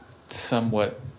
somewhat